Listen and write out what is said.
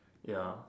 ya